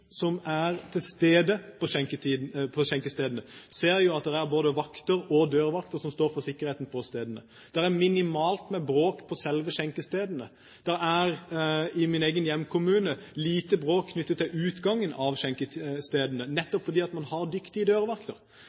som er til stede på skjenkestedene, ser at det er både vakter og dørvakter som står for sikkerheten på stedene. Det er minimalt med bråk på selve skjenkestedene. Det er i min egen hjemkommune lite bråk knyttet til utgangen på skjenkestedene, nettopp fordi man har dyktige